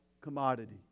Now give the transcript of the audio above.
commodity